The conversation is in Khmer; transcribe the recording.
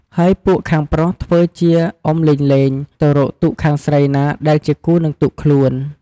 ហើយពួកខាងប្រុសធ្វើជាអុំលេងៗ ទៅរកទូកខាងស្រីណាដែលជាគូនឹងទូកខ្លួន។